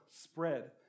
spread